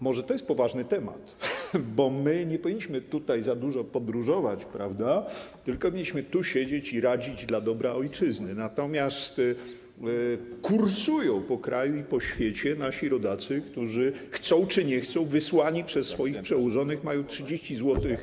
Może to jest poważny temat, bo nie powinniśmy za dużo podróżować, tylko powinniśmy tu siedzieć i radzić dla dobra ojczyzny, natomiast kursują po kraju i po świecie nasi rodacy, chcą czy nie chcą, wysyłani przez swoich przełożonych, mają 30 zł.